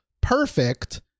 perfect